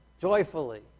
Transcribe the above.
joyfully